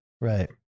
Right